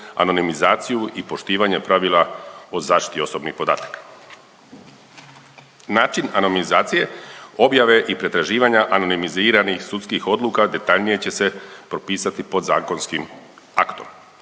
anomizaciju i poštovanje pravila o zaštiti osobnih podataka. Način anomizacije objave i pretraživanja anonimiziranih sudskih odluka detaljnije će se propisati podzakonskim aktom.